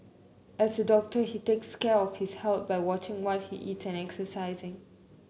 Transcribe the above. as a doctor he takes care of his health by watching what he eat and exercising